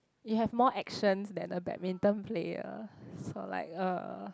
you have more actions than a badminton player so like uh